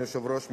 אדוני היושב-ראש,